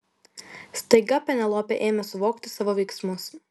staiga penelopė ėmė suvokti savo veiksmus